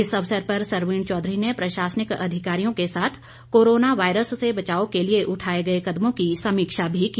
इस अवसर पर सरवीण चौधरी ने प्रशासनिक अधिकारियों के साथ कोरोना वायरस से बचाव के लिए उठाये गये कदमों की समीक्षा भी की